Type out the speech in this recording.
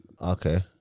Okay